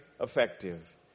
effective